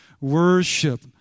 worship